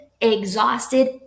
exhausted